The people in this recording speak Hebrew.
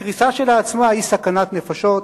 הקריסה כשלעצמה היא סכנת נפשות,